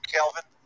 Kelvin